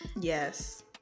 yes